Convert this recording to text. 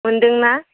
मोन्दोंना